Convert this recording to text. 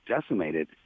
decimated